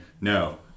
No